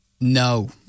No